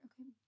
okay